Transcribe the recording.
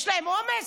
יש להם עומס?